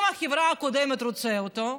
אם החברה הקודמת רוצה אותו,